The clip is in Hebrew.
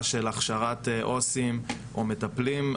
של הכשרת עובדים סוציאליים או מטפלים,